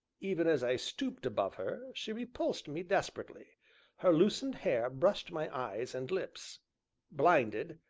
even as i stooped above her, she repulsed me desperately her loosened hair brushed my eyes and lips blinded,